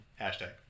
Hashtag